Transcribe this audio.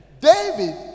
David